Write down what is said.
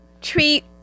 treat